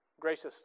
Gracious